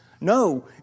no